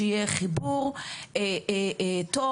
שיהיה חיבור טוב,